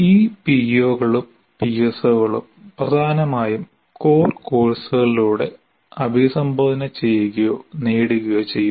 ഈ പിഒകളും പിഎസ്ഒകളും പ്രധാനമായും കോർ കോഴ്സുകളിലൂടെ അഭിസംബോധന ചെയ്യുകയോ നേടുകയോ ചെയ്യുന്നു